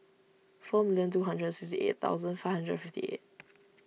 four million two hundred sixty eight thousand five hundred fifty eight